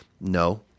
No